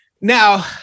Now